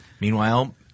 Meanwhile